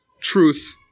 truth